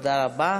תודה רבה.